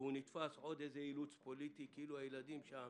וכעוד אילוץ פוליטי, כאילו הילדים שם